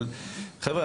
אבל חבר'ה,